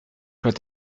quand